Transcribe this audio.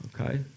okay